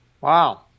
Wow